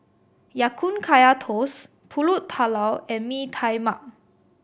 Ya Kun Kaya Toast Pulut Tatal and Mee Tai Mak